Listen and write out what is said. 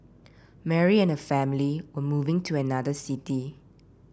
Mary and her family were moving to another city